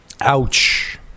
Ouch